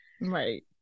Right